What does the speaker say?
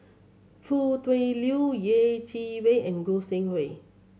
Foo Tui Liew Yeh Chi Wei and Goi Seng Hui